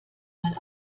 mal